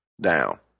down